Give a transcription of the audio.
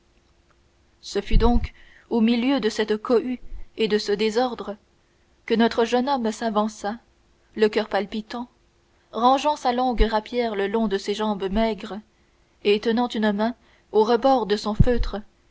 ce fut donc au milieu de cette cohue et de ce désordre que notre jeune homme s'avança le coeur palpitant rangeant sa longue rapière le long de ses jambes maigres et tenant une main au rebord de son feutre